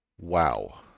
Wow